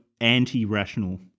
anti-rational